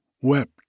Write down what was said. wept